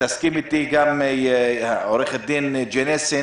ותסכים איתי גם עו"ד גנסין,